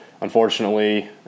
Unfortunately